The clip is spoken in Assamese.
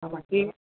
আৰু বাকী